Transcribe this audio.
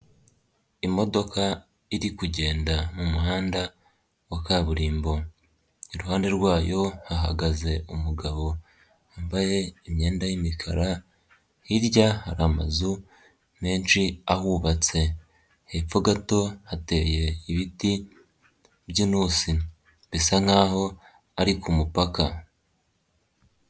Imodoka iri kugenda mu muhanda wa kaburimbo, iruhande rwayo hahagaze umugabo wambaye imyenda y'imikara, hirya hari amazu menshi ahubatse, hepfo gato hateye ibiti byinusi, bisa nk'aho ari kumupaka.